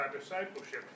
discipleship